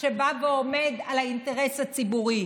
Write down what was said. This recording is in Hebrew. שבא ועומד על האינטרס הציבורי.